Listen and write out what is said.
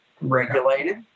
regulated